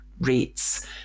rates